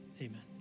amen